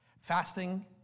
Fasting